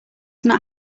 not